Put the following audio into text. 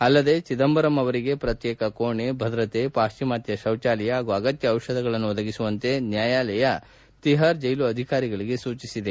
ಅಲ್ಲದೆ ಚಿದಂಬರಂ ಅವರಿಗೆ ಪ್ರತ್ಯೇಕ ಕೋಣೆ ಭದ್ರತೆ ಪಾಶ್ಚಿಮಾತ್ಯ ಶೌಚಾಲಯ ಹಾಗೂ ಅಗತ್ಯ ಔಷಧಗಳನ್ನು ಒದಗಿಸುವಂತೆ ನ್ಯಾಯಾಲಯ ತಿಹಾರ್ ಜೈಲು ಅಧಿಕಾರಿಗಳಿಗೆ ಸೂಚಿಸಿದೆ